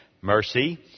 mercy